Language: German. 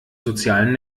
sozialen